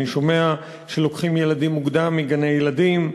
אני שומע שלוקחים ילדים מוקדם מגני-ילדים,